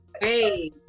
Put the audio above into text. hey